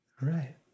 right